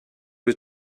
was